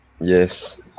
Yes